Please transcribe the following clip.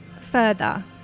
further